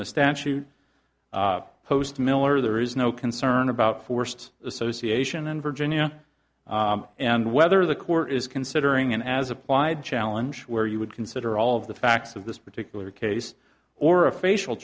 the statute post miller there is no concern about forced association and virginia and whether the corps is considering and as applied challenge where you would consider all of the facts of this particular case or a facial